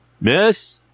Miss